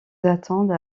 attendent